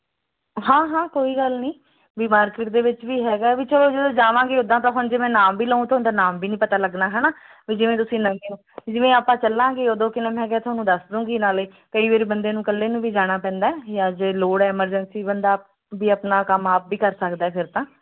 ਹਾਂ ਹਾਂ ਕੋਈ ਗੱਲ ਨਹੀਂ ਵੀ ਮਾਰਕੀਟ ਦੇ ਵਿੱਚ ਵੀ ਹੈਗਾ ਵੀ ਚਲੋ ਜਦੋਂ ਜਾਵਾਂਗੇ ਉੱਦਾਂ ਤਾਂ ਹੁਣ ਜੇ ਮੈਂ ਨਾਮ ਵੀ ਲਊ ਤੁਹਾਨੂੰ ਤਾਂ ਨਾਮ ਵੀ ਨਹੀਂ ਪਤਾ ਲੱਗਣਾ ਹੈ ਨਾ ਵੀ ਜਿਵੇਂ ਤੁਸੀਂ ਨਵੇਂ ਹੋ ਜਿਵੇਂ ਆਪਾਂ ਚੱਲਾਂਗੇ ਉਦੋਂ ਕੀ ਨਾਮ ਹੈਗਾ ਤੁਹਾਨੂੰ ਦੱਸ ਦੂੰਗੀ ਨਾਲ ਕਈ ਵਾਰ ਬੰਦੇ ਨੂੰ ਇਕੱਲੇ ਨੂੰ ਵੀ ਜਾਣਾ ਪੈਂਦਾ ਜਾਂ ਜੇ ਲੋੜ ਐਮਰਜੈਂਸੀ ਬੰਦਾ ਵੀ ਆਪਣਾ ਕੰਮ ਆਪ ਵੀ ਕਰ ਸਕਦਾ ਫਿਰ ਤਾਂ